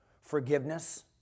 forgiveness